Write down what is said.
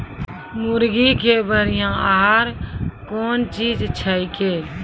मुर्गी के बढ़िया आहार कौन चीज छै के?